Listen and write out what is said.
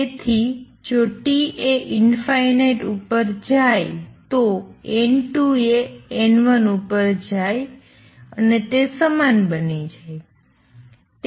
તેથી જો T એ ઉપર જાય તો N2 એ N1 ઉપર જાય અને તે સમાન બની જાય છે